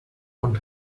und